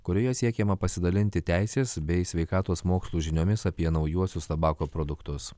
kurioje siekiama pasidalinti teisės bei sveikatos mokslų žiniomis apie naujuosius tabako produktus